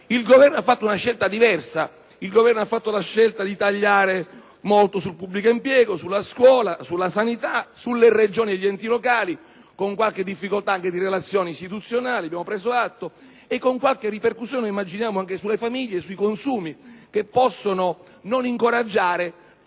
Il Governo ha fatto una scelta diversa, quella di tagliare molto sul pubblico impiego, sulla scuola, sulla sanità, sulle Regioni e gli enti locali con qualche difficoltà di relazioni istituzionali (ne abbiamo preso atto), ed anche con qualche ripercussione - immaginiamo - sulle famiglie e sui consumi, che possono non incoraggiare